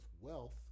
wealth